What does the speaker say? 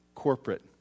corporate